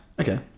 Okay